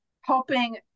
helping